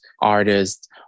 artists